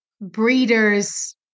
breeders